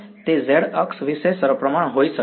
તે z અક્ષ વિશે સપ્રમાણ હોઇ શકશે